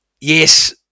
yes